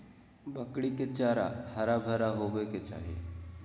बकरी के चारा हरा भरा होबय के चाही